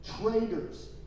Traitors